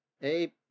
Hey